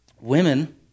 women